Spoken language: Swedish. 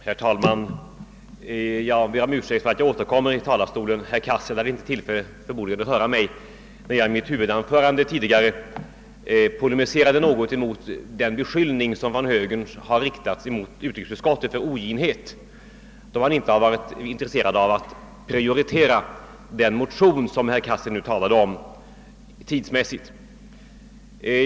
Herr talman! Jag ber om ursäkt för att jag återkommer i talarstolen. Herr Cassel hade förmodligen inte tillfälle att lyssna när jag i mitt huvudanförande tidigare polemiserade något emot den beskyllning som från högern har riktats mot utrikesutskottet för oginhet, eftersom man inte varit intresserad av att tidsmässigt prioritera den motion som herr Cassel här talade om.